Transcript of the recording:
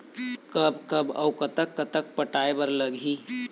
कब कब अऊ कतक कतक पटाए बर लगही